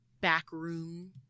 backroom